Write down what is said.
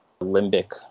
limbic